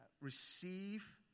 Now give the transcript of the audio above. receive